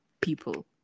people